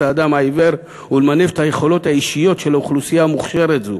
האדם העיוור ולמנף את היכולות האישיות של אוכלוסייה מוכשרת זו.